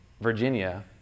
Virginia